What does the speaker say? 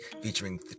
featuring